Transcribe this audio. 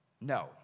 no